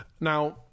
Now